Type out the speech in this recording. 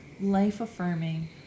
life-affirming